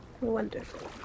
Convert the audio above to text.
Wonderful